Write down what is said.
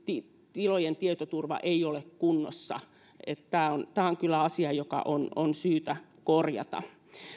tilojen tietoturva ei ole kunnossa tämä on kyllä asia joka on on syytä korjata